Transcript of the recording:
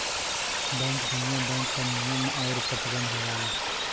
bank विनियमन bank पर नियम आउर प्रतिबंध लगावला